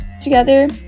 Together